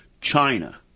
china